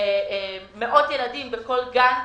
מאות ילדים בכל גן,